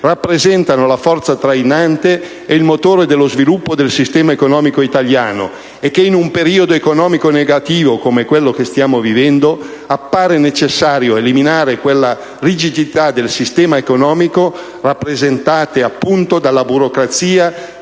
rappresentano la forza trainante e il motore dello sviluppo del sistema economico italiano e che in un periodo economico negativo, come quello che stiamo vivendo, appare necessario eliminare quelle rigidità del sistema economico rappresentate, appunto, dalla burocrazia